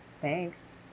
Thanks